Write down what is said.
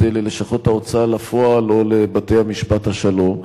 ללשכות ההוצאה לפועל או לבתי-משפט השלום,